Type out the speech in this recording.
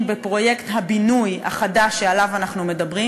בפרויקט הבינוי החדש שעליו אנחנו מדברים,